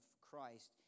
Christ